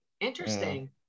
interesting